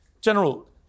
General